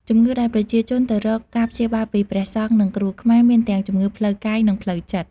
ជំងឺដែលប្រជាជនទៅរកការព្យាបាលពីព្រះសង្ឃ និងគ្រូខ្មែរ មានទាំងជំងឺផ្លូវកាយ និងផ្លូវចិត្ត។